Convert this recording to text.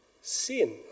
Sin